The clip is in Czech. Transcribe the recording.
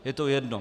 Je to jedno.